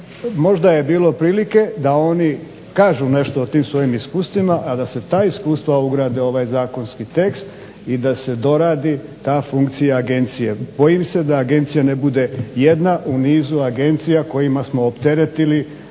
možda je bilo prilike da oni kažu nešto o tim svojim iskustvima a da se ta iskustva ugrade u ovaj zakonski tekst i da se doradi ta funkcija agencije. Bojim se da agencija ne bude jedna u nizu agencija kojima smo opteretili,